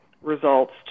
results